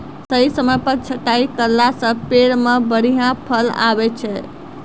सही समय पर छंटाई करला सॅ पेड़ मॅ बढ़िया फल आबै छै